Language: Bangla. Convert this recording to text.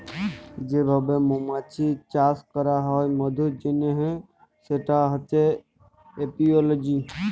যে ভাবে মমাছির চাষ ক্যরা হ্যয় মধুর জনহ সেটা হচ্যে এপিওলজি